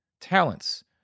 talents